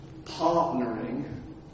partnering